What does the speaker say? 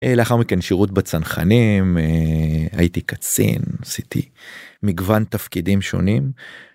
לאחר מכן שירות בצנחנים, הייתי קצין, עשיתי מגוון תפקידים שונים.